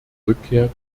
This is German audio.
rückkehr